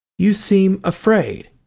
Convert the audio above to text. you seem afraid.